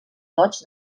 goigs